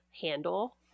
handle